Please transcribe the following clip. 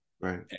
right